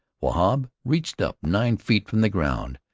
wahb reached up nine feet from the ground,